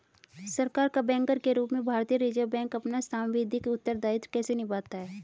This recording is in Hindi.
सरकार का बैंकर के रूप में भारतीय रिज़र्व बैंक अपना सांविधिक उत्तरदायित्व कैसे निभाता है?